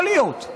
יכול להיות,